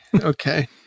Okay